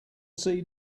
see